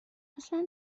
اصلن